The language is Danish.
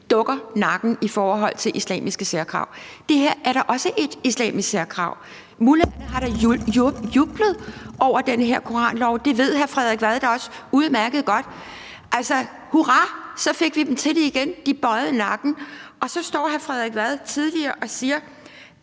dukker nakken i forhold til islamiske særkrav. Det her er da også et islamisk særkrav. Mullaherne har da jublet over den her koranlov, det ved hr. Frederik Vad da også udmærket godt. Altså, hurra, så fik vi dem til det igen, de bøjede nakken! Så stod hr. Frederik Vad tidligere og sagde,